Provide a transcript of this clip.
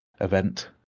event